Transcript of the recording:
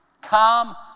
come